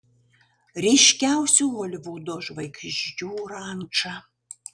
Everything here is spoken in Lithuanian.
ryškiausių holivudo žvaigždžių ranča